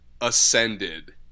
ascended